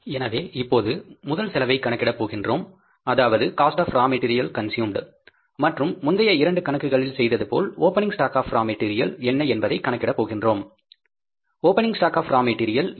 எனவே இப்போது முதல் செலவை கணக்கிட போகின்றோம் அதாவது cost of raw material consumed மற்றும் முந்தைய இரண்டு கணக்குகளில் செய்தது போல் opening stock of raw material என்ன என்பதை கணக்கிட போகின்றோம் opening stock of raw material என்ன